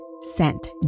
scent